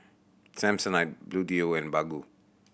Samsonite Bluedio and Baggu